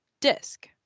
Disc